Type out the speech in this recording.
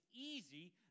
easy